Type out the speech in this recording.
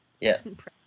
yes